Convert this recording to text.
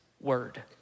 word